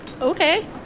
Okay